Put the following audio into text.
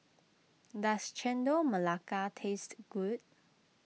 does Chendol Melaka taste good